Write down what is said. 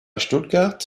stuttgart